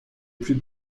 plus